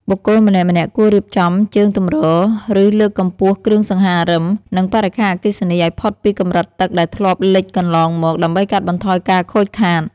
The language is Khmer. បុគ្គលម្នាក់ៗគួររៀបចំជើងទម្រ ឬលើកកម្ពស់គ្រឿងសង្ហារឹម និងបរិក្ខារអគ្គិសនីឱ្យផុតពីកម្រិតទឹកដែលធ្លាប់លិចកន្លងមក ដើម្បីកាត់បន្ថយការខូចខាត។